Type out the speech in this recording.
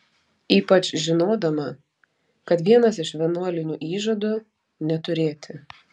ypač žinodama kad vienas iš vienuolinių įžadų neturėti